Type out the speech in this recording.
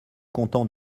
content